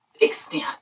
extent